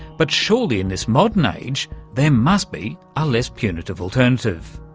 but surely in this modern age there must be a less punitive alternative?